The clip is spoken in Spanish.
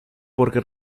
porque